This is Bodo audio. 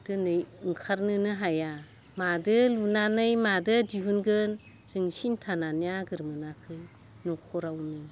दोनै ओंखारनोनो हाया मादो लुनानै मादो दिहुनगोन जों सिन्थानानै आगोर मोनाखै नख'रावनो